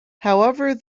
however